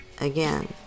again